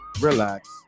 relax